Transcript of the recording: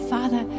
Father